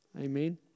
Amen